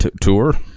tour